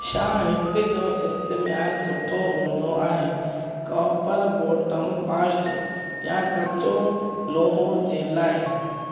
छा हिट जो इस्तेमालु सुठो हूंदो आहे कॉपर बॉटम पॉस्ट या कच्चो लोहो जे लाइ